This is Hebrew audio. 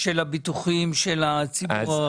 של הביטוחים של הציבור הרחב?